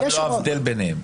גם לא ההבדל ביניהם.